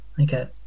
okay